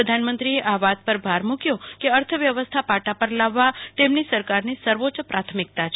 પ્રધાનમંત્રીએ આ વાત પર ભાર મૂક્યો કે અર્થવ્યવસ્થા પાટા પર લાવવા તેમની સરકારની સર્વોચ્ચ પ્રાથમિક્તા છે